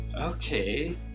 Okay